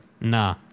Nah